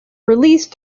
released